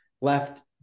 left